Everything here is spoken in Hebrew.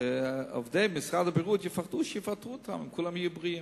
שעובדי משרד הבריאות יפחדו שיפטרו אותם אם כולם יהיו בריאים.